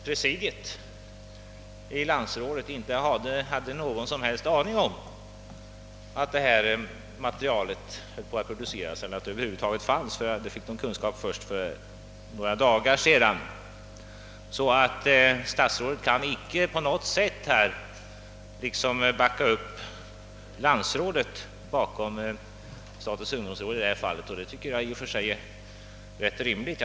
Presidiet i landsrådet hade inte tidigare någon aning om att materialet skulle publiceras eller över huvd taget hade utarbetats, utan presidiet fick kunskap därom först för några dagar sedan. Statsrådet kan därför inte på något sätt låta landsrådet backa upp statens ungdomsråd. Och det tycker jag i och för sig är rätt rimligt.